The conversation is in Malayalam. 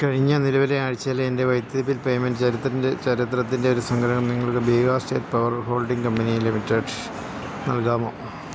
കഴിഞ്ഞ നിലവിലെ ആഴ്ചയിലെ എന്റെ വൈദ്യുതി ബിൽ പേമെന്റ് ചരിത്രത്തിന്റെ ഒരു സംഗ്രഹം നിങ്ങള്ക്ക് Bihar state power holding company limited നൽകാമോ